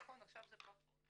עכשיו זה פחות.